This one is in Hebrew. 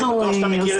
אני רוצה